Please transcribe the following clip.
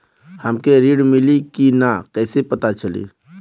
हमके ऋण मिली कि ना कैसे पता चली?